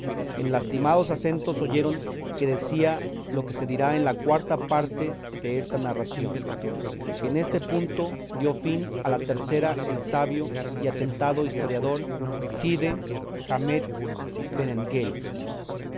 lastimados acentos oyeron que decía lo que se dirá en la cuarta parte desta narración que en este punto dio fin a la tercera el sabio y atentado historiador cide hamete